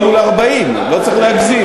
לא מול 40. לא צריך להגזים.